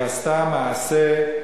היא עשתה מעשה,